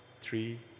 three